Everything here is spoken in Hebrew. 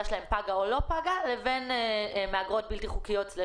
שלהן פגה או לא פגה ועל מהגרות בלתי חוקיות/מסתננות.